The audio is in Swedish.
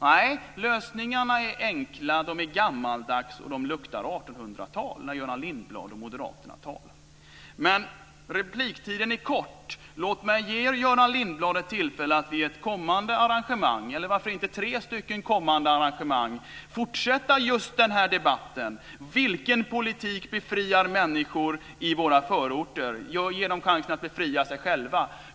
Nej, lösningarna är enkla, gammaldags och luktar Men repliktiden är kort. Låt mig ge Göran Lindblad ett tillfälle att vid ett kommande arrangemang, eller varför inte tre kommande arrangemang, fortsätta just den här debatten: Vilken politik befriar människor i våra förorter? Jag ger dem chansen att befria sig själva.